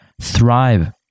thrive